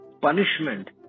punishment